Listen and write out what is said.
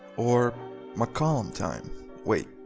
or mccollum time. wait,